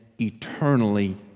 eternally